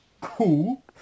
Cool